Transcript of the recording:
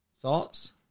thoughts